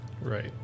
right